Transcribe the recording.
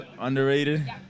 underrated